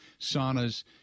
saunas